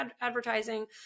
advertising